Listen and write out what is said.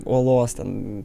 uolos ten